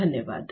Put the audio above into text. धन्यवाद